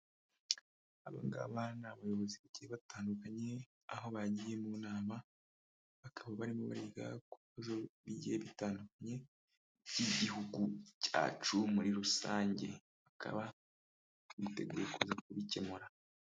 Aba ngaba ni abayobozi bagiye batandukanye, aho bagiye mu nama, bakaba barimo bariga ku bibazo bigiye bitandukanye by'igihugu cyacu muri rusange. Bakaba biteguye kuza kubikemura.